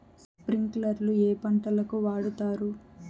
స్ప్రింక్లర్లు ఏ పంటలకు వాడుతారు?